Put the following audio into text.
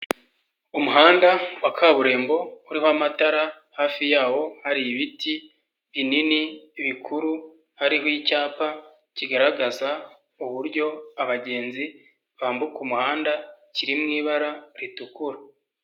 Umuhanda wa kaburimbo urimo amatara hafi yawo hari ibiti binini bikuru, hariho icyapa kigaragaza uburyo abagenzi bambuka umuhanda kiri mu ibara ritukura.